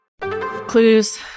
Clues